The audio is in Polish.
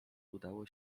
udało